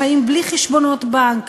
לחיים בלי חשבונות בנק,